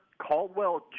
Caldwell